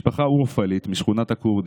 משפחה אורפלית משכונת הכורדים.